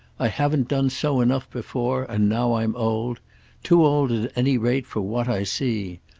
i haven't done so enough before and now i'm old too old at any rate for what i see.